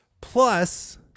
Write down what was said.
Plus